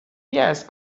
yes